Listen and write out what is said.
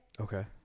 Okay